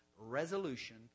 resolution